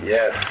Yes